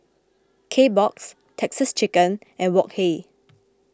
Kbox Texas Chicken and Wok Hey